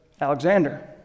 Alexander